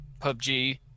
PUBG